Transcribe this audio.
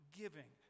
giving